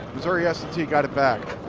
missouri s and t got it back.